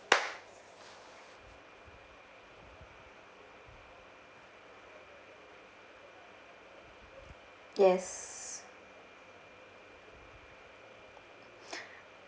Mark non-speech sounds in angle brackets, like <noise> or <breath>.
yes <breath>